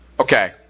Okay